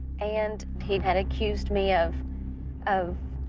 and he had accused me of of